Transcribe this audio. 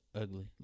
ugly